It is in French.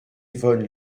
yvonne